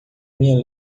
minha